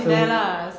so